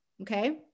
okay